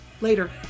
Later